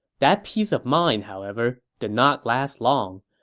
that peace of mind, however, did not last long.